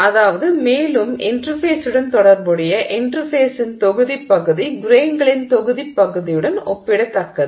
அதாவது மேலும் இன்டெர்ஃபேஸுடன் தொடர்புடைய இன்டெர்ஃபேஸின் தொகுதிப் பகுதி கிரெய்ன்களின் தொகுதிப் பகுதியுடன் ஒப்பிடத்தக்கது